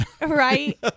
Right